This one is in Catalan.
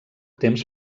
temps